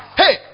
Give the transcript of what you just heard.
hey